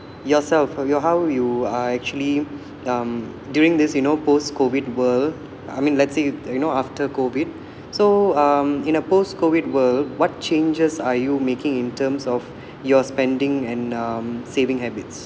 yourself your how you are actually um during this you know post COVID world I mean let's say you know after COVID so um in a post COVID world what changes are you making in terms of your spending and um saving habits